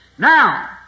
Now